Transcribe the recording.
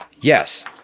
Yes